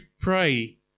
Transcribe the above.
pray